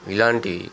ఇలాంటి